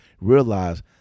realize